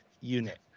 unit